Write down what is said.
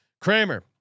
Kramer